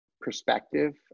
perspective